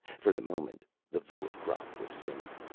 for the moment, the vua crop was safe.